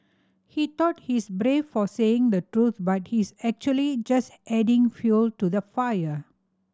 he thought he's brave for saying the truth but he's actually just adding fuel to the fire